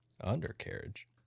undercarriage